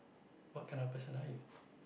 what kind of person are you